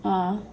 uh